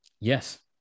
Yes